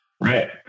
Right